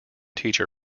teacher